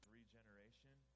regeneration